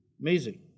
Amazing